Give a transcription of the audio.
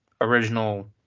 original